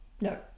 No